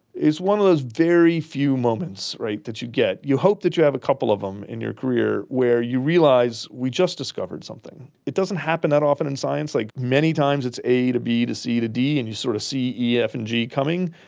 it's one of those very few moments that you get, you hope that you have a couple of them in your career where you realise we just discovered something. it doesn't happen that often in science. like many times it's a to b to c to d and you sort of see e, f and g coming.